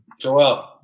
Joel